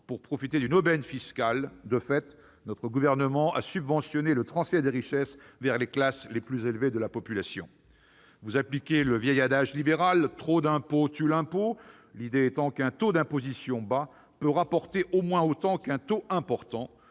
pour profiter d'une aubaine fiscale. De fait, le Gouvernement a subventionné le transfert des richesses vers les classes les plus élevées de la population. Vous appliquez le vieil adage libéral « trop d'impôt tue l'impôt », l'idée étant qu'un taux d'imposition bas peut rapporter au moins autant qu'un taux important,